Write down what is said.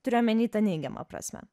turiu omeny ta neigiama prasme